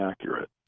accurate